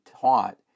taught